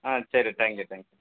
ஆ சரி thank you thank you